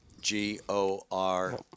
G-O-R